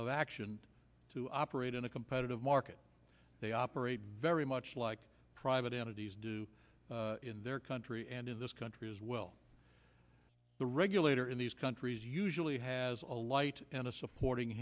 of action to operate in a competitive market they operate very much like private entities do in their country and in this country as well the regulator in these countries usually has a light and a supporting